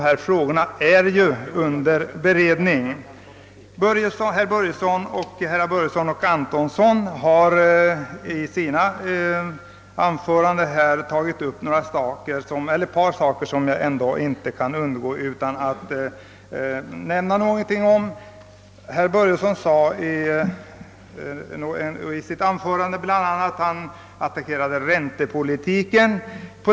Antonsson har emellertid i sina anföranden berört ett par saker som jag inte kan underlåta att säga några ord om. Herr Börjesson attackerade bl.a. räntepolitiken.